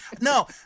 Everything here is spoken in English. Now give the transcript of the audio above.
No